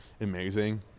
amazing